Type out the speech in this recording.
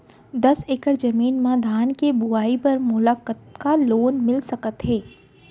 दस एकड़ जमीन मा धान के बुआई बर मोला कतका लोन मिलिस सकत हे?